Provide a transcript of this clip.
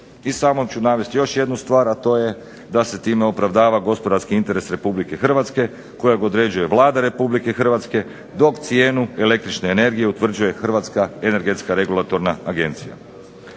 I samo ću navesti još jednu stvar, a to je da se time opravdava gospodarski interes Republike Hrvatske kojeg određuje Vlada Republike Hrvatske dok cijenu električne energije utvrđuje Hrvatska energetska regulatorna agencija.